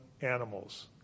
animals